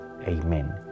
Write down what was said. Amen